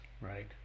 Right